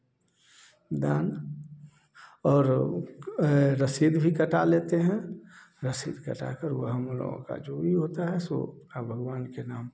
दान और रसीद भी कटा लेते हैं रसीद कटाकर वह हम लोगों का जो भी होता है सो भगवान के नाम पर